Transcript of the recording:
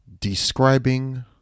Describing